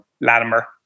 Latimer